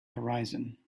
horizon